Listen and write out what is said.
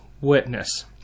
witness